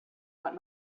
what